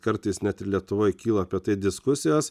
kartais net lietuvoj kyla apie tai diskusijos